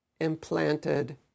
implanted